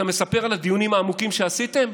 אתה מספר על הדיונים העמוקים שעשיתם?